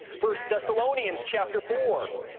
first thessalonians, chapter four,